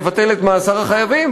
נבטל את מאסר החייבים,